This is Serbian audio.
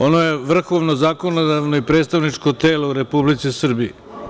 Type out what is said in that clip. Ono je vrhovno zakonodavno i predstavničko telo u Republici Srbiji.